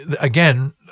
again